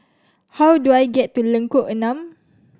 how do I get to Lengkok Enam